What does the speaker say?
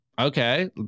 Okay